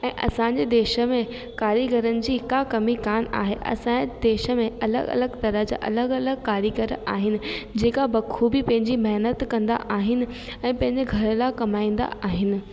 ऐं असांजे देश में कारीगरनि जी का कमी कोन आहे असांजे देश में अलॻि अलॻि तरह जा अलॻि अलॻि कारीगर आहिनि जेका बखूबी पंहिंजी महिनत कंदा आहिनि ऐं पंहिंजे घर लाइ कमाईंदा आहिनि